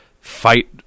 fight